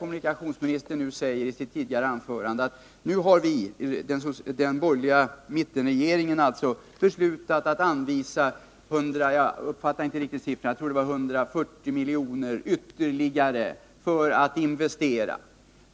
Kommunikationsministern sade i ett tidigare anförande att den borgerliga mittenregeringen nu beslutat att anvisa ytterligare ett antal miljoner kronor — jag är inte säker på att jag uppfattade siffran rätt, men jag tror det var 140 miljoner till investeringar.